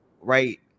right